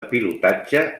pilotatge